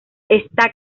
está